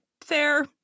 fair